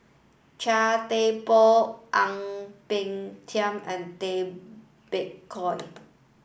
Chia Thye Poh Ang Peng Tiam and Tay Bak Koi